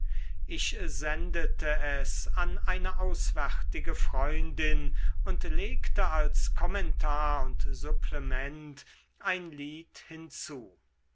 ich sendete es an eine auswärtige freundin und legte als kommentar und supplement ein lied hinzu